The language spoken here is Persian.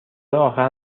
آخر